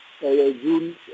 June